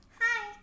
Hi